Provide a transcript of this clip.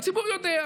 והציבור יודע,